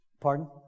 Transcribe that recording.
Pardon